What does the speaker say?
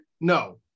No